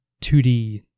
2D